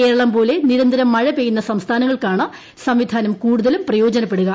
കേരളം പോലെ നിരന്തരം മഴ പെയ്യുന്ന സംസ്ഥാനങ്ങൾക്കാണ് സംവിധാനം കൂടുതലും പ്രയോജനപ്പെടുക